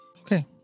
Okay